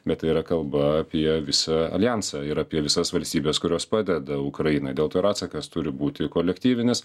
bet tai yra kalba apie visą aljansą ir apie visas valstybes kurios padeda ukrainai dėl to ir atsakas turi būti kolektyvinis